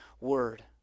word